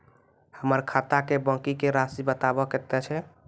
हमर खाता के बाँकी के रासि बताबो कतेय छै?